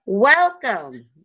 Welcome